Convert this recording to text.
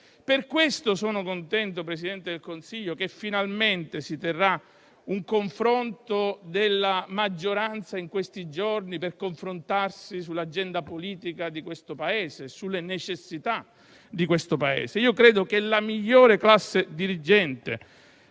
Per questo sono contento, Presidente del Consiglio, che finalmente si terrà un confronto della maggioranza, in questi giorni, per discutere dell'agenda politica del nostro Paese e sulle sue necessità. Credo che la migliore classe dirigente